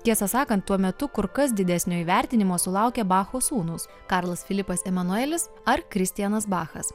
tiesą sakant tuo metu kur kas didesnio įvertinimo sulaukė bacho sūnūs karlas filipas emanuelis ar kristianas bachas